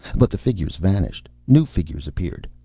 but the figures vanished. new figures appeared.